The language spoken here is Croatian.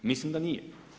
Mislim da nije.